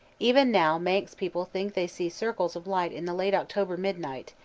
even now manx people think they see circles of light in the late october midnight,